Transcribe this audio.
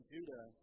Judah